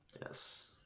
Yes